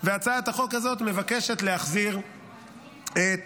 והצעת החוק הזאת מבקשת להחזיר את